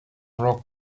rock